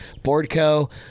BoardCo